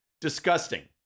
Disgusting